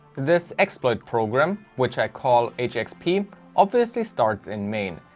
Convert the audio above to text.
this exploit program, which i call hxp obviously starts in main.